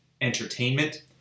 entertainment